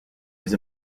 was